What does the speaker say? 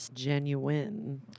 genuine